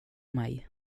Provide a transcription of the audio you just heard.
mig